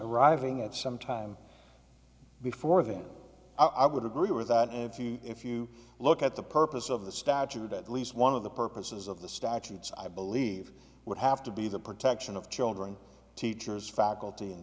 arriving at some time before then i would agree with that if you if you look at the purpose of the statute at least one of the purposes of the statutes i believe would have to be the protection of children teachers faculty